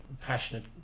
passionate